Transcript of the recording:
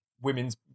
women's